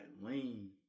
lean